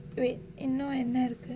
wait இன்னும் என்ன இருக்கு:innum enna irukku